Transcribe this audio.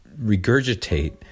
regurgitate